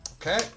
Okay